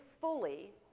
fully